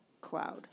cloud